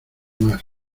más